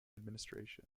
administration